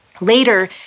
Later